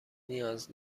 نیاز